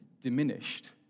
diminished